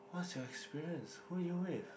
what's your experience who you with